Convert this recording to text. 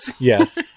Yes